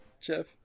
Jeff